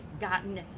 gotten